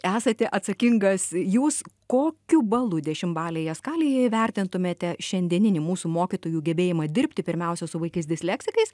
esate atsakingas jūs kokiu balu dešimtbalėje skalėje įvertintumėte šiandieninį mūsų mokytojų gebėjimą dirbti pirmiausia su vaikais disleksikais